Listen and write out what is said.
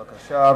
בבקשה,